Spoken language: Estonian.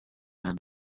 lähen